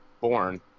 born